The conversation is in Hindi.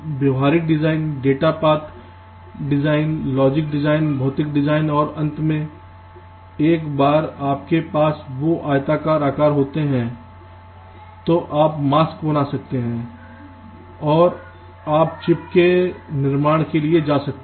व्यवहारिक design data path design logic design भौतिक डिज़ाइन और अंत में एक बार जब आपके पास वो आयताकार आकार होते हैं तो आप मास्क बना सकते हैं और आप चिप के निर्माण के लिए जा सकते हैं